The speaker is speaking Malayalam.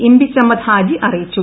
ഇംബിച്ചമ്മദ് ഹാജി അറിയിച്ചു